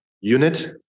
unit